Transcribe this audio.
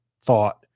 thought